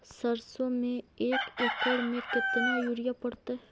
सरसों में एक एकड़ मे केतना युरिया पड़तै?